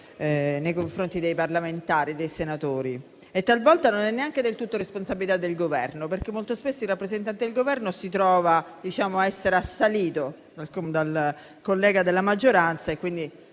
nei confronti dei parlamentari e dei senatori. E talvolta non è neanche del tutto responsabilità del Governo, perché molto spesso il rappresentante del Governo si trova ad essere assalito dal collega della maggioranza e quindi